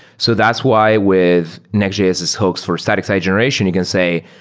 so that's why with nextjs's hopes for static-side generation, you can say,